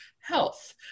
health